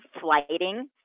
flighting